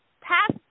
past